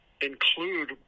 include